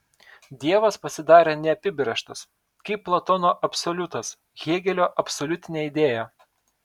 dievas pasidarė neapibrėžtas kaip platono absoliutas hėgelio absoliutinė idėja